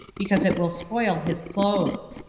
because it will spoil his clothes.